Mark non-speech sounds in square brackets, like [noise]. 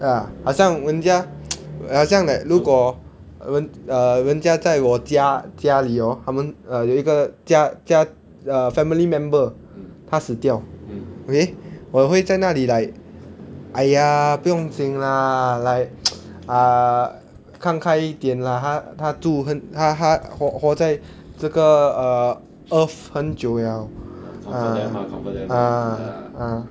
ya 好像人家 [noise] 好像 like 如果人 err 人家在我家家里 hor 他们 err 有一个家家 uh family member 他死掉 okay 我会在那里 like !aiya! 不用经 lah like [noise] err 看开一点 lah 他他住很他他活活在这个 err earth 很久 liao ah ah ah